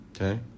Okay